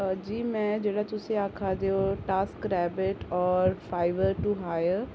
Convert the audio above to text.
जी में जेह्ड़ा तुसें आखा देओ टास्क रैबिट और फाईबर टू हायर एह् में नेईं यूज कीत्ते न